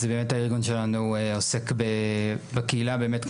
אז באמת הארגון שלנו עוסק בקהילה באמת,